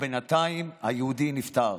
ובינתיים היהודי נפטר.